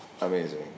amazing